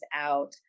out